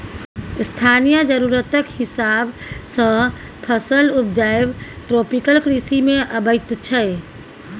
स्थानीय जरुरतक हिसाब सँ फसल उपजाएब ट्रोपिकल कृषि मे अबैत छै